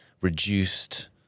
reduced